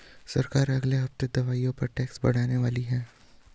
सरकार अगले हफ्ते से दवाइयों पर टैक्स बढ़ाने वाली है